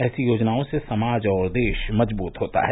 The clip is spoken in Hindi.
ऐसी योजनाओं से समाज और देश मजबूत होता है